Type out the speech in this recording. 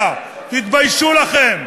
תתביישו לכם.